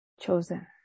chosen